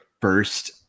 first